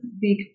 big